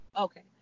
okay